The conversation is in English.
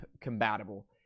compatible